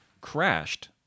crashed